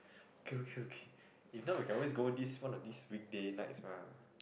okay okay okay if not we can always go this one of these weekday nights mah